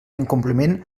incompliment